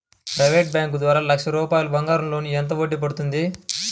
Private bank ద్వారా లక్ష రూపాయలు బంగారం లోన్ ఎంత వడ్డీ పడుతుంది?